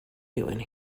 doing